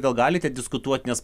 gal galite diskutuot nes